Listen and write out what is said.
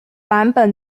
版本